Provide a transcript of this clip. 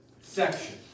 section